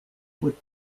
would